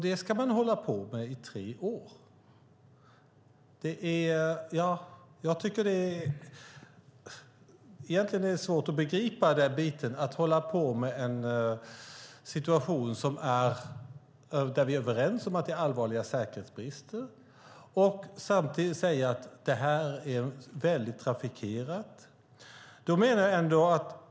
Det ska man hålla på med i tre år. Egentligen är det svårt att begripa att man håller på med en situation med allvarliga säkerhetsbrister - det är vi överens om - samtidigt som man säger att det är väldigt trafikerat.